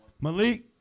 Malik